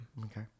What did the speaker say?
Okay